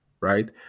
right